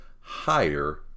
higher